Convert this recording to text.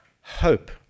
hope